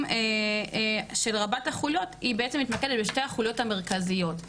רבת החוליות מתמקדת בשתי החוליות המרכזיות.